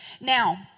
Now